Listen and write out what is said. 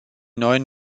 neuen